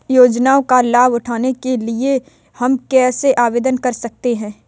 योजनाओं का लाभ उठाने के लिए हम कैसे आवेदन कर सकते हैं?